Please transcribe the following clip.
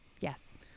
Yes